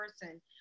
person